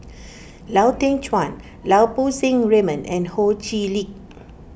Lau Teng Chuan Lau Poo Seng Raymond and Ho Chee Lick